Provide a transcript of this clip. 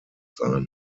sein